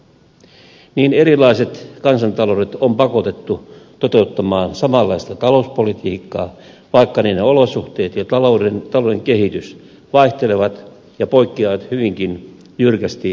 niin erilaiset kansantaloudet on pakotettu toteuttamaan samanlaista talouspolitiikkaa vaikka niiden olosuhteet ja talouden kehitys vaihtelevat ja poikkeavat hyvinkin jyrkästi toisistaan